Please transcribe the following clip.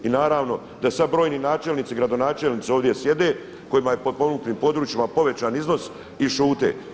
I naravno da sada brojni načelnici i gradonačelnici ovdje sjede kojima je potpomognutim područjima povećan iznosa i šute.